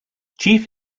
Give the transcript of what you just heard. chief